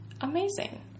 amazing